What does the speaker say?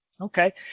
Okay